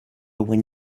when